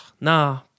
nah